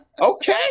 okay